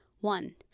One